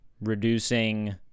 reducing